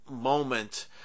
moment